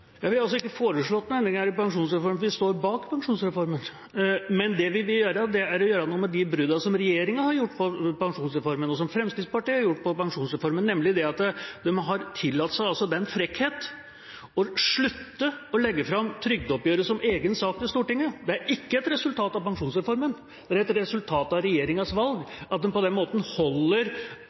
ikke foreslått noen endringer i pensjonsreformen. Vi står bak pensjonsreformen. Men det vi vil gjøre, er å gjøre noe med de bruddene som regjeringa og Fremskrittspartiet har gjort i forbindelse med pensjonsreformen, nemlig at de har tillatt seg den frekkhet å slutte å legge fram trygdeoppgjøret som egen sak for Stortinget. Det er ikke et resultat av pensjonsreformen, men et resultat av regjeringas valg – at de på den måten holder